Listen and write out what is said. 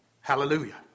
Hallelujah